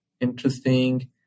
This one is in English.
interesting